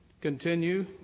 continue